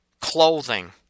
clothing